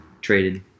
traded